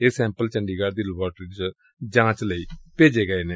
ਇਹ ਸੈਂਪਲ ਚੰਡੀਗੜ੍ ਦੀ ਲੇਬਾਰਟਰੀ ਚ ਜਾਂਚ ਲਈ ਭੇਜ ਦਿੱਤੇ ਗਏ ਨੇ